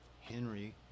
Henry